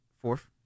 Fourth